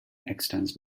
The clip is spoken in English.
extends